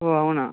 ఓ అవునా